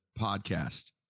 podcast